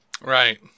Right